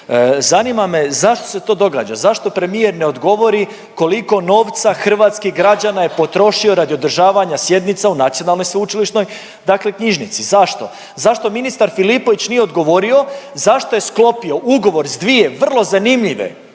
Zanima me zašto se to događa, zašto premijer ne odgovori koliko novca hrvatskih građana je potrošio radi održavanja sjednica u Nacionalnoj sveučilišnoj dakle knjižnici? Zašto? Zašto ministar Filipović nije odgovorio zašto je sklopio ugovor s dvije vrlo zanimljive